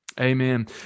Amen